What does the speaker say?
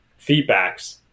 feedbacks